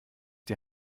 die